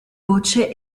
voce